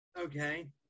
Okay